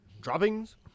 Droppings